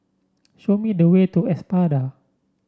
show me the way to Espada